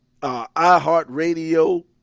iHeartRadio